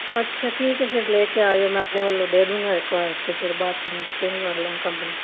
ਅੱਛਾ ਠੀਕ ਹੈ ਫਿਰ ਲੈ ਕੇ ਆ ਜਾਓ ਮੈਂ ਆਪਣੇ ਵਲੋਂ ਦੇ ਦੂੰਗਾ ਗਾ ਇੱਕ ਵਾਰ ਅਤੇ ਫਿਰ ਬਾਅਦ 'ਚ ਮੈਂ ਐਕਸਚੇਂਜ ਕਰ ਲਊਂ ਕੰਪਨੀ ਤੋਂ